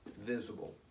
visible